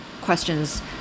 questions